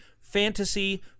fantasy